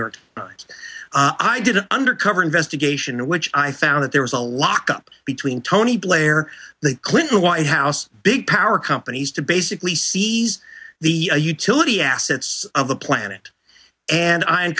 york i did an undercover investigation which i found that there was a lock up between tony blair the clinton white house big power companies to basically seize the utility assets of the planet and i